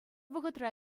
вӑхӑтра